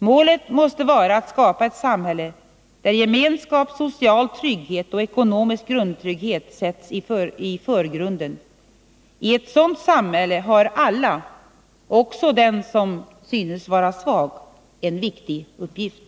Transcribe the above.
Målet måste vara att skapa ett samhälle där gemenskap, social trygghet och ekonomisk grundtrygghet sätts i förgrunden. I ett sådant samhälle har alla — också den som synes vara svag — en viktig uppgift.